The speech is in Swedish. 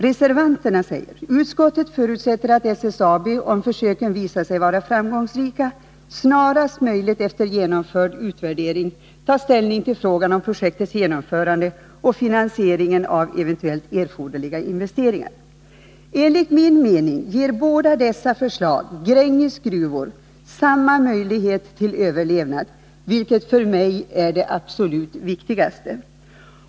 Reservanterna säger: ”Utskottet förutsätter att SSAB, om försöken visar sig framgångsrika, snarast möjligt efter genomförd utvärdering tar ställning till frågan om projektets'igenomförande och finansieringen av eventuellt erforderliga investeringar.” Enligt min mening ger båda dessa förslag Grängesbergs gruvor samma möjlighet till överlevnad, vilket för mig är det absolut viktigaste.